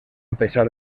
pesar